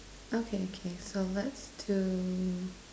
okay okay so let's do